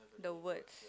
the words